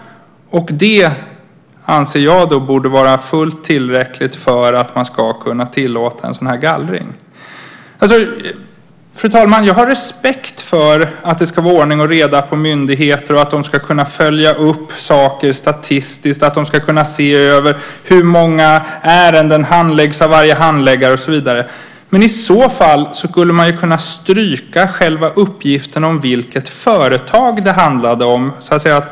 Det, anser jag, borde vara fullt tillräckligt för att man ska kunna tillåta en gallring. Fru talman! Jag har respekt för att det ska vara ordning och reda på myndigheter, att de ska kunna följa upp saker statistiskt, att de ska kunna se över hur många ärenden som handläggs av varje handläggare och så vidare. Men i så fall skulle man kunna stryka själva uppgiften om vilket företag det handlar om.